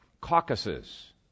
caucuses